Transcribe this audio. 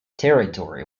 territory